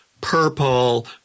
purple